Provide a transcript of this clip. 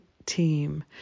team